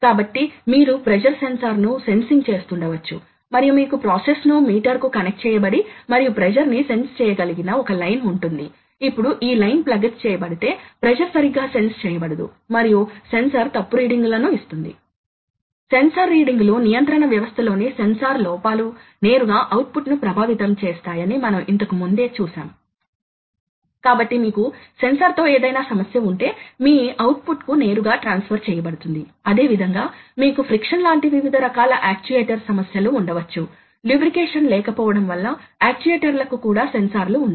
కాబట్టి సాధారణంగా ఒక బ్లాక్ ఈ విధంగా నిర్వచించబడిందని గమనించగలరు ఇది సంఖ్య అప్పుడు ఒక G కమాండ్ ఉంది అప్పుడు కొన్ని XY కమాండ్ లు ఉన్నాయి ఇవి పోసిషన్ కోఆర్డినేట్ లు వీటితో పాటు ఇంకా అనేక ఇతర రకాల కమాండ్ లు కూడా ఉన్నాయి కాబట్టి మనం వాటన్నింటినీ గమనించడం లేదు క్లుప్తంగా ఒక నిర్దిష్ట ప్రోగ్రాం బ్లాక్ అటువంటి సూచనల సమితిని కలిగి ఉంటుంది కొన్నిసార్లు ఈ కమాండ్ లు ఎక్కువగా ఐచ్ఛికం